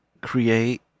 create